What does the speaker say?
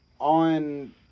on